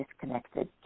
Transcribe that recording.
disconnected